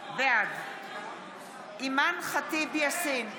בעד אימאן ח'טיב יאסין,